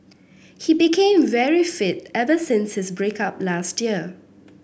he became very fit ever since his break up last year